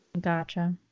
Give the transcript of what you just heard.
Gotcha